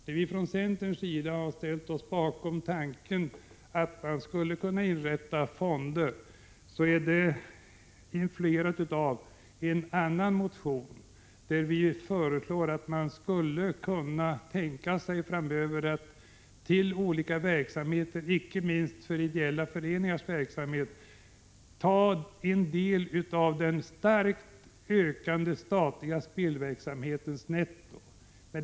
När vi från centerns sida har ställt oss bakom tanken att man skulle kunna inrätta fonder är det influerat av en motion, där vi föreslår att man framöver till olika verksamheter — och inte minst till ideella föreningars verksamhet — skulle kunna ta en del av den starkt ökande statliga spelverksamhetens netto.